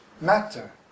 matter